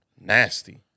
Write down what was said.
Nasty